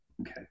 Okay